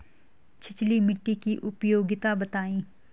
छिछली मिट्टी की उपयोगिता बतायें?